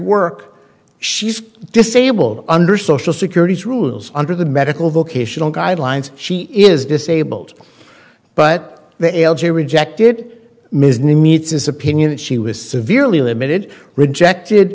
work she's disabled under social security's rules under the medical vocational guidelines she is disabled but the l g rejected ms nimitz's opinion that she was severely limited rejected